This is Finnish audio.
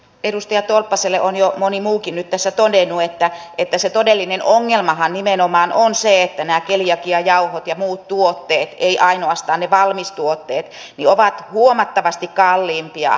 edustaja tolppaselle on jo moni muukin nyt tässä todennut että se todellinen ongelmahan nimenomaan on se että nämä keliakiajauhot ja muut tuotteet eivät ainoastaan ne valmistuotteet ovat huomattavasti kalliimpia